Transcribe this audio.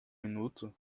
minuto